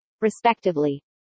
respectively